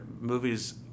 Movies